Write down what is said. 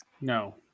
No